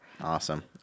Awesome